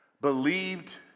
believed